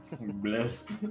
Blessed